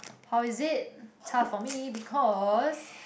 how is it tough for me because